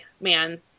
man